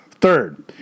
Third